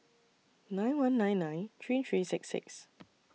nine one nine nine three three six six